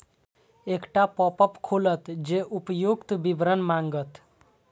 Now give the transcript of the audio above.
एकटा पॉपअप खुलत जे उपर्युक्त विवरण मांगत